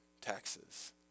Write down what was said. taxes